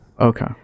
Okay